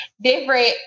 different